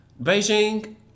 Beijing